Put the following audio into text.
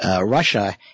Russia